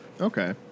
Okay